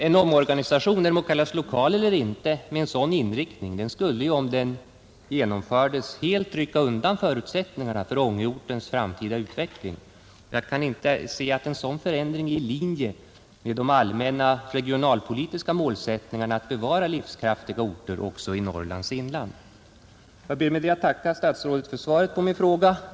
En omorganisation — den må kallas lokal eller inte — med en sådan inriktning skulle ju om den genomfördes helt rycka undan förutsättningarna för Ångeortens framtida utveckling. Jag kan inte se att en sådan förändring är i linje med den allmänna regionalpolitiska målsättningen att bevara livskraftiga orter också i Norrlands inland. Jag ber med det anförda att få tacka statsrådet för svaret på min fråga.